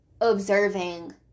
observing